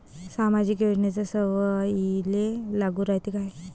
सामाजिक योजना सर्वाईले लागू रायते काय?